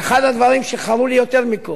שאחד הדברים שחרו לי יותר מכול,